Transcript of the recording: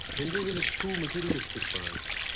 hinduism is too materialistic for us.